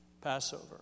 Passover